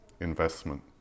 investment